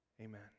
Amen